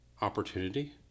opportunity